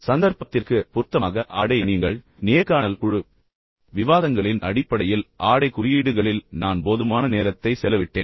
சந்தர்ப்பத்திற்கு பொருத்தமாக ஆடை அணியுங்கள் நேர்காணல் குழு விவாதங்களின் அடிப்படையில் ஆடைக் குறியீடுகளில் நான் போதுமான நேரத்தை செலவிட்டேன்